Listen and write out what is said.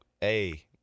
Hey